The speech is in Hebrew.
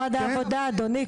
העבודה, אדוני.